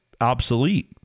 obsolete